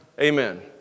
Amen